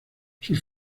sus